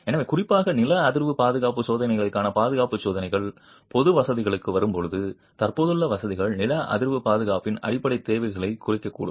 எனவே குறிப்பாக நில அதிர்வு பாதுகாப்பு சோதனைகளுக்கான பாதுகாப்பு சோதனைகள் பொது வசதிகளுக்கு வரும்போது தற்போதுள்ள வசதிகள் நில அதிர்வு பாதுகாப்பின் அடிப்படைத் தேவைகளுக்குக் குறையக்கூடும்